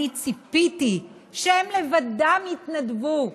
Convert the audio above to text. אני ציפיתי שהם לבדם יתנדבו,